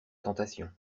tentation